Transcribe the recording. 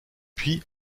puis